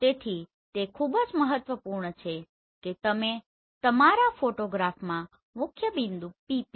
તેથી તે ખૂબ જ મહત્વપૂર્ણ છે કે તમે તમારા ફોટોગ્રાફમાં મુખ્યબિંદુ PP